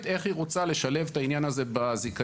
איך היא רוצה לשלב את העניין הזה בזיכיון.